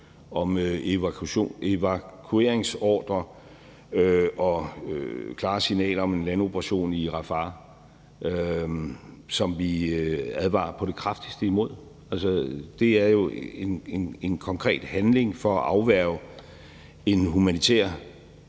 om evakueringsordrer og klare signaler om en landoperation i Rafah, som vi advarer på det kraftigste imod. Altså, det er jo en konkret handling for at afværge en humanitær